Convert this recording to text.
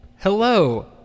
Hello